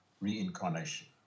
reincarnation